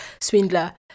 swindler